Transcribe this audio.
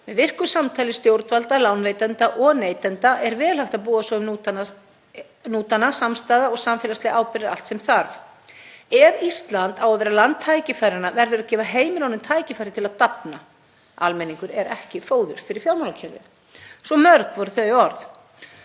Með virku samtali stjórnvalda, lánveitenda og neytenda er vel hægt að búa svo um hnútana, samstaða og samfélagsleg ábyrgð er allt sem þarf. Ef Ísland á að vera land tækifæranna verður að gefa heimilunum tækifæri til að dafna. Almenningur er ekki fóður fyrir fjármálakerfið!“ Svo mörg voru þau orð.